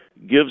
gives